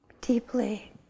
Deeply